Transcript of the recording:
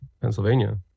Pennsylvania